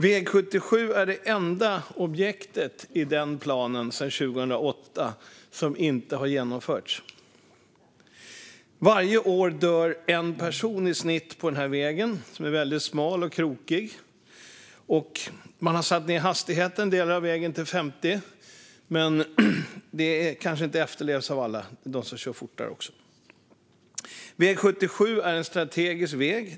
Väg 77 är det enda objektet i planen från 2008 som inte har genomförts. Varje år dör i genomsnitt en person på den här vägen, som är väldigt smal och krokig. Man har på delar av vägen satt ned hastigheten till 50, men det kanske inte efterlevs av alla - det finns de som kör fort där också. Väg 77 är en strategisk väg.